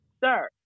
sir